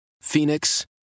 Phoenix